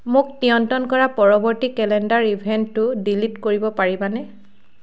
মোক নিয়ন্ত্ৰণ কৰা পৰৱৰ্তী কেলেণ্ডাৰ ইভেণ্টটো ডিলিট কৰিব পাৰিবানে